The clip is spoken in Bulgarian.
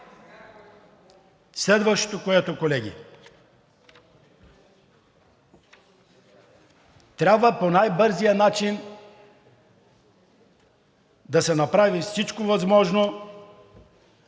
Следващото, колеги – трябва по най-бързия начин да се направи всичко възможно